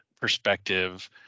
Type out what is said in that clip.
perspective